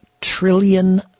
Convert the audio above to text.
trillion